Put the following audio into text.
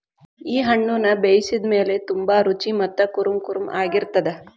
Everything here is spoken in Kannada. ಈ ಹಣ್ಣುನ ಬೇಯಿಸಿದ ಮೇಲ ತುಂಬಾ ರುಚಿ ಮತ್ತ ಕುರುಂಕುರುಂ ಆಗಿರತ್ತದ